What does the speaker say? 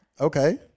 okay